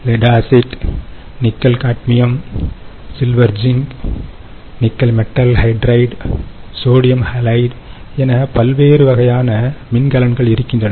let acid nickel cadmium silver zinc nickel metal hydride sodium halide என பல்வேறு வகையான மின்கலன்கள் இருக்கின்றன